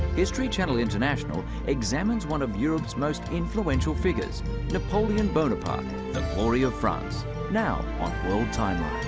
history channel international examines one of europe's most influential figures napoleon bonaparte the glory of france now on world timeline